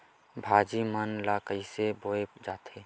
भाजी मन ला कइसे बोए जाथे?